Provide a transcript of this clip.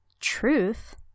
truth